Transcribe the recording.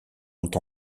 ont